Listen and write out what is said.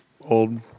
old